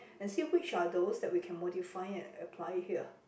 and see which are those that we can modify and apply it here